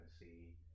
see